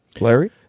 Larry